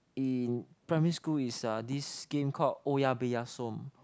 in primary school is uh this game called oya-beh-ya-som